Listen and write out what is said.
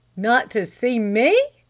not to see me?